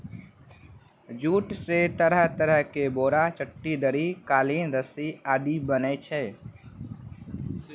jute स तरह तरह के बोरा, चट्टी, दरी, कालीन, रस्सी आदि बनै छै